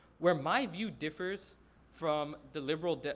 where my view differs from the liberal,